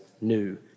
new